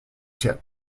tip